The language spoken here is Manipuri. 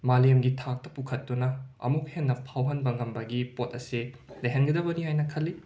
ꯃꯥꯂꯦꯝꯒꯤ ꯊꯥꯛꯇ ꯄꯨꯈꯠꯇꯨꯅ ꯑꯃꯨꯛ ꯍꯦꯟꯅ ꯐꯥꯎꯍꯟꯕ ꯉꯝꯕꯒꯤ ꯄꯣꯠ ꯑꯁꯦ ꯂꯩꯍꯟꯒꯗꯕꯅꯤ ꯍꯥꯏꯅ ꯈꯜꯂꯤ